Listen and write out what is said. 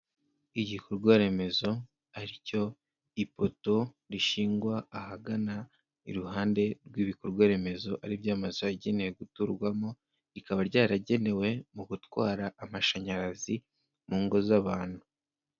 Igikorwa remezo ari cyo ipoto rishingwa ahagana iruhande rw'ibikorwa remezo aribyo amazu agenewe guturwamo, bikaba ryaragenewe mu gutwara amashanyarazi mu ngo z'abantu.